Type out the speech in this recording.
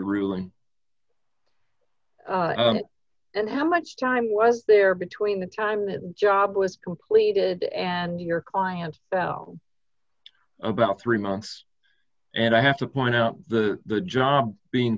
ruling and how much time was there between the time the job was completed and your client well about three months and i have to point out the the job being